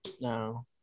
No